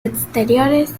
exteriores